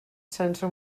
sense